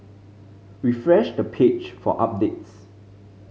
refresh the page for updates